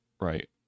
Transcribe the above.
right